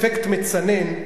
אפקט מצנן,